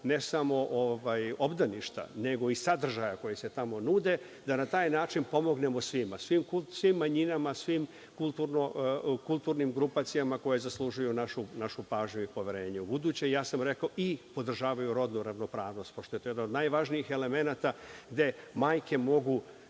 ne samo obdaništa, nego i sadržaja koji se tamo nude, da na taj način pomognemo svima, svim manjinama, svim kulturnim grupacijama koje zaslužuju našu pažnju i poverenje u buduće, ja sam rekao i podržavaju rodnu ravnopravnost, pošto je to jedna od najvažnijih elemenata, gde majke mogu